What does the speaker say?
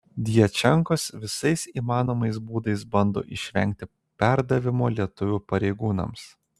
djačenkos visais įmanomais būdais bando išvengti perdavimo lietuvių pareigūnams